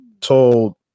told